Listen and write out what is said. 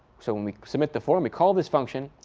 so when we submit the form, we call this function.